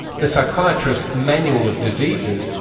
the psychiatrist's manual of diseases,